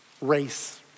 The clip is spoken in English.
race